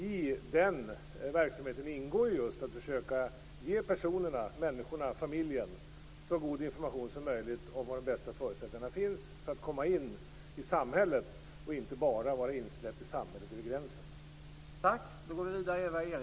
I den verksamheten ingår just att försöka att ge människor och familjer så god information som möjligt om var de bästa förutsättningarna finns för att de skall kunna komma in i samhället, och inte bara vara insläppta i samhället över gränsen.